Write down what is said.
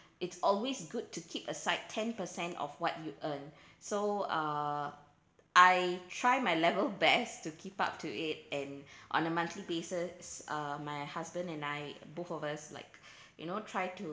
it's always good to keep aside ten percent of what you earn so uh I try my level best to keep up to it and on a monthly basis uh my husband and I both of us like you know try to